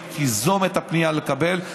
היא תיזום את הפנייה לקבל,